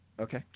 Okay